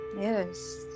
Yes